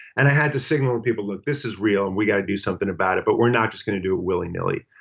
and i had to signal people that this is real and we got to do something about it but we're not just gonna do it willy nilly.